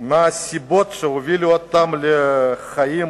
מה הסיבות שהובילו אותם לחיים